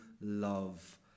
love